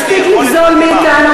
מספיק לגזול מאתנו,